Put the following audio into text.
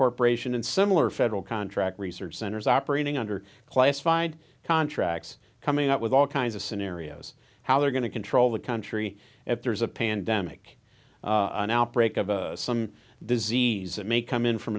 corporation and similar federal contract research centers operating under classified contracts coming up with all kinds of scenarios how they're going to control the country if there's a pandemic an outbreak of some disease that may come in from